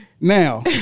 Now